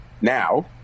Now